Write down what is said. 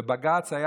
ובג"ץ היה